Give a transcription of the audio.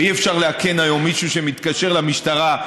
ואי-אפשר לאכן היום מישהו שמתקשר למשטרה,